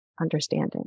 understanding